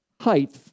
height